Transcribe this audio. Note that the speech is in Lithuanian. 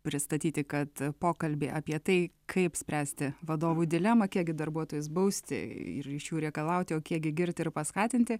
pristatyti kad pokalbį apie tai kaip spręsti vadovų dilemą kiek gi darbuotojus bausti ir iš jų reikalauti o kiek gi girti ir paskatinti